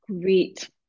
Great